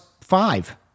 five